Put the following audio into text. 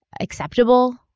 acceptable